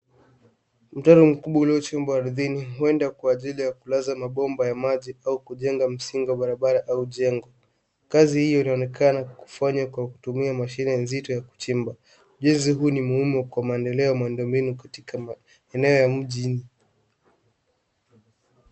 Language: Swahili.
Mtaro mkubwa uliochimbwa ardhini huenda kwa ajili ya kulaza mabomba ya maji au kujenga msingi wa barabara au jengo. Kazi hio inaonekana kufanywa kwa kutumia mashine nzito ya kuchimba. Ujenzi huu ni muhimu kwa maendeleo ya miundombinu katika maeneo ya mjini.